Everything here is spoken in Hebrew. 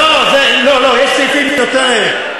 לא, יש סעיפים יותר,